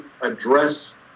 address